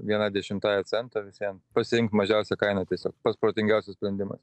viena dešimtąja cento vis vien pasiimk mažiausią kainą tiesiog pats protingiausias sprendimas